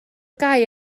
gau